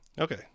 Okay